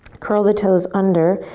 curl the toes under,